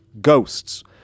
Ghosts